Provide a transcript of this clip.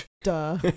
Duh